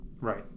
Right